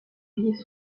vives